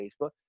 Facebook